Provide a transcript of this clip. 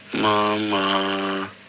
mama